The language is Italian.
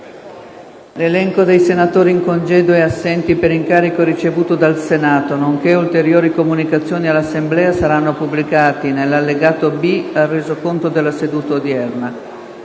L'elenco dei senatori in congedo e assenti per incarico ricevuto dal Senato, nonché ulteriori comunicazioni all'Assemblea saranno pubblicati nell'allegato B al Resoconto della seduta odierna.